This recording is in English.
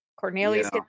cornelius